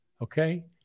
Okay